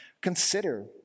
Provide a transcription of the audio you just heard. consider